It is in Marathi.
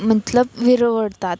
मतलब विरवडतात